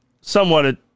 somewhat